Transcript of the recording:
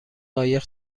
قایق